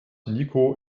niko